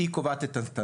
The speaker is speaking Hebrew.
היא קובעת את הסטנדרטים,